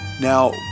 Now